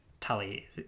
tully